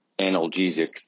analgesic